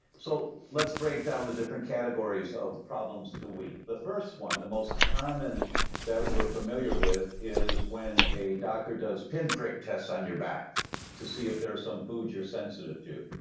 so let's break down the different categories of problems to wheat. the first one, the most common that we're familiar with is when a doctor does pin prick test on your back to see if there are some food you're sensitive to.